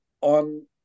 on